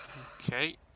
Okay